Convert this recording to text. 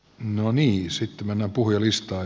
sitten mennään puhujalistaan